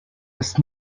ist